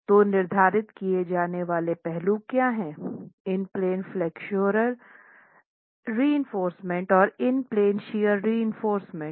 तो निर्धारित किए जाने वाले पहलू क्या हैं इन प्लेन फ्लेक्सोर रीइनफोर्रसमेंट और इन प्लेन शियर रीइनफोर्रसमेंट